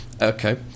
Okay